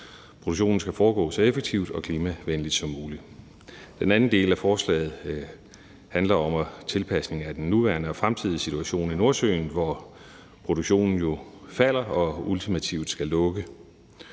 Produktionen skal foregå så effektivt og klimavenligt som muligt. Den anden del af forslaget handler om tilpasning af den nuværende og fremtidige situation i Nordsøen, hvor produktionen jo falder og ultimativt skal lukke.